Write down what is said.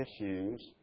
issues